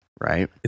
right